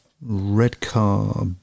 Redcar